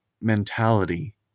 mentality